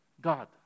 God